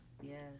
Yes